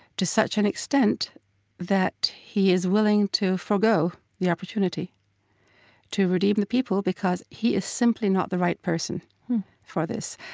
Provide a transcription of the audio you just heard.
to such an extent that he is willing to forego the opportunity to redeem the people because he is simply not the right person for this.